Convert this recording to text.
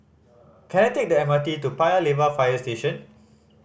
can I take the M R T to Paya Lebar Fire Station